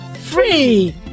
free